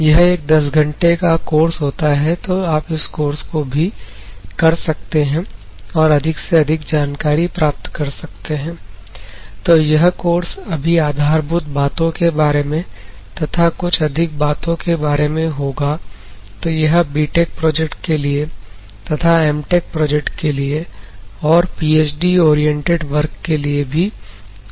यह एक 10 घंटे का कोर्स होता है तो आप इस कोर्स को भी कर सकते हैं और अधिक से अधिक जानकारी प्राप्त कर सकते हैं तो यह कोर्स अभी आधारभूत बातों के बारे में तथा कुछ अधिक बातों के बारे में होगा तो यह बीटेक प्रोजेक्ट के लिए तथा एमटेक प्रोजेक्ट के लिए और पीएचडी ओरिएंटेड वर्क के लिए भी कार्य आ सकता है